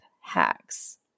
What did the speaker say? hacks